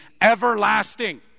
everlasting